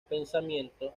pensamiento